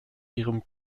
ihrem